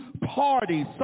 parties